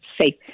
safe